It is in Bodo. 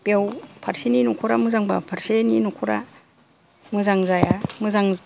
बेयाव फारसेनि न'खरा मोजांबा फारसेनि न'खरा मोजां जाया मोजां